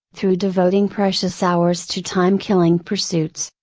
through devoting precious hours to time killing pursuits,